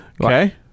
Okay